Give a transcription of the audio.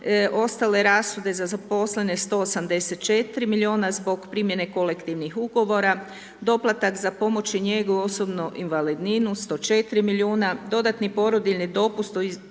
ostale rashode za zaposlene 184 miliona zbog primjene kolektivnih ugovora, doplatak za pomoć i njegu osobnu invalidninu 104 miliona, dodatni porodiljni dopust